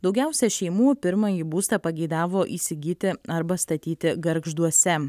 daugiausia šeimų pirmąjį būstą pageidavo įsigyti arba statyti gargžduose